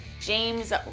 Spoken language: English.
James